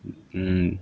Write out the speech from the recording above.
嗯